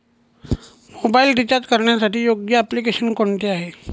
Mobile recharge करण्यासाठी योग्य application कोणते आहे?